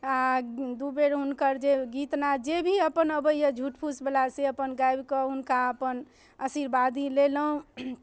आओर दू बेर हुनकर जे गीत नाद जे भी अपन अबैये झूठ फूठ सेवला से अपन गाबिकऽ हुनका अपन आशीर्वादी लेलहुँ